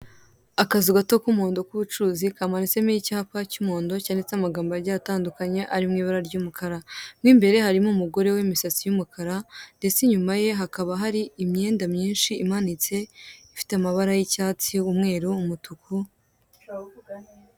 Akazu gato k'umuhondo k'ubucuruzi kamanitsemo icyapa cy'umuhondo cyanditseho amagambo agiye atandukanye arimo ibara ry'umukara. Mo imbere harimo umugore w'imisatsi y'umukara ndetse inyuma ye hakaba hari imyenda myinshi imanitse ifite amabara y'icyatsi, umweru, umutuku.